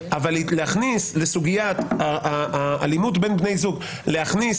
אבל להכניס לסוגיית האלימות בין בני זוג להכניס